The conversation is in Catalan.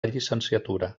llicenciatura